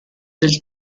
del